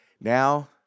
Now